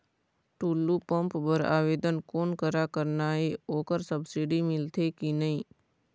Tullu pump बर आवेदन कोन करा करना ये ओकर सब्सिडी मिलथे की नई?